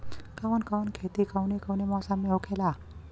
कवन कवन खेती कउने कउने मौसम में होखेला?